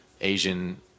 Asian